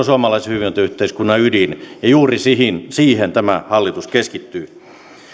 suomalaisen hyvinvointiyhteiskunnan ydin ja juuri siihen tämä hallitus keskittyy